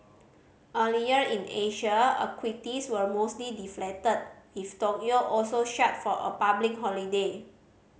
earlier in Asia equities were mostly deflated with Tokyo also shut for a public holiday